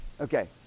Okay